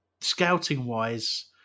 Scouting-wise